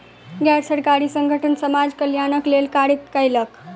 गैर सरकारी संगठन समाज कल्याणक लेल कार्य कयलक